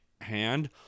hand